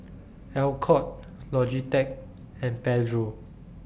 Alcott Logitech and Pedro